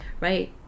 right